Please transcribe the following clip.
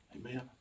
Amen